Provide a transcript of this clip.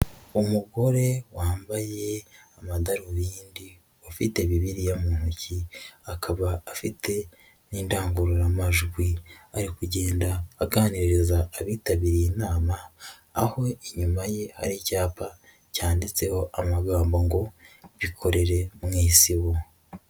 Umugore wambaye amadarubindi ufite bibiliya mu ntoki, akaba afite n'indangururamajwi ari kugenda aganiriza abitabiriye inama aho inyuma ye ari icyapa cyanditseho amagambo ngo bikorere mu isibo.